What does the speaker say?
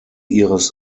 ihres